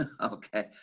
Okay